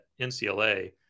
NCLA